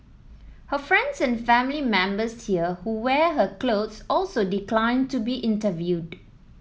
her friends and family members here who wear her clothes also declined to be interviewed